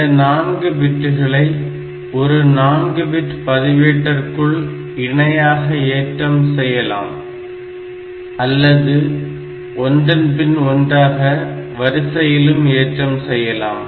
இந்த 4 பிட்களை ஒரு 4 பிட் பதிவேட்டிற்குள் இணையாக ஏற்றம் செய்யலாம் அல்லது ஒன்றன்பின் ஒன்றாக வரிசையிலும் ஏற்றம் செய்யலாம்